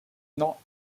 not